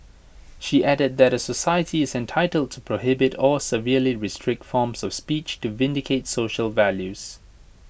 she added that the society is entitled to prohibit or severely restrict forms of speech to vindicate social values